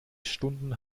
stunden